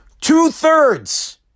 two-thirds